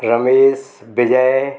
Ramesh Vijay